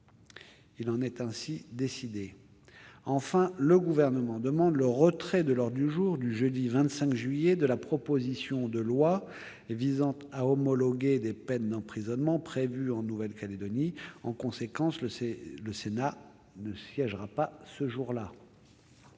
Il en est ainsi décidé. Enfin, le Gouvernement demande le retrait de l'ordre du jour du jeudi 25 juillet de la proposition de loi visant à homologuer des peines d'emprisonnement prévues en Nouvelle-Calédonie. En conséquence, le Sénat ne siégera pas ce jour-là.